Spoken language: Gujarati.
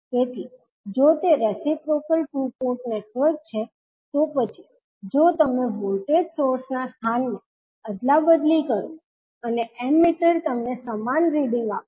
તેથી જો તે રેસીપ્રોક્લ ટુ પોર્ટ નેટવર્ક છે તો પછી જો તમે વોલ્ટેજ સોર્સ ના સ્થાનને અદલાબદલી કરો અને એમીટર તમને સમાન રીડીંગ આપશે